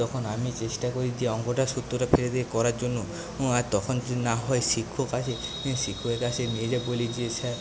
তখন আমি চেষ্টা করি যে অঙ্কটা সূত্র ফেলে দিয়ে করার জন্য ও আর তখন যদি না হয় শিক্ষক আছে এ শিক্ষকের কাছে নিয়ে গিয়ে বলি যে স্যার